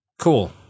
Cool